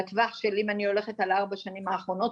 בטווח שלי אם אני הולכת על ארבע שנים האחרונות,